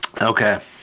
Okay